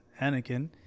Anakin